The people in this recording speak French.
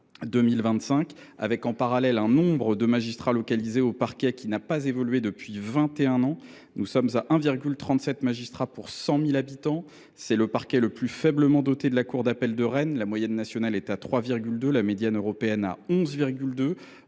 2025. En parallèle, le nombre de magistrats localisés au parquet n’a pas évolué depuis vingt et un ans. Nous sommes à 1,37 magistrat pour 100 000 habitants. C’est le parquet le plus faiblement doté de la cour d’appel de Rennes. La moyenne nationale est à 3,2 et la médiane européenne à 11,2.